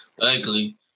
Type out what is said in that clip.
ugly